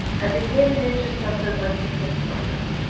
and became an intercessor with the king for him.